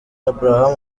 abraham